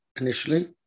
initially